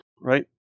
right